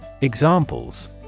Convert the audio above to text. Examples